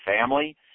family